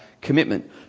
commitment